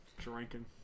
Drinking